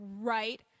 Right